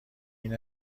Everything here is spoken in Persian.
این